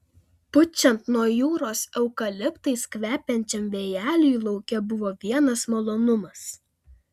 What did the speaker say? pučiant nuo jūros eukaliptais kvepiančiam vėjeliui lauke buvo vienas malonumas